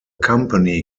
company